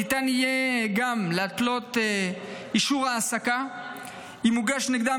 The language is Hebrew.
ניתן יהיה גם להתלות אישור העסקה אם הוגש נגדם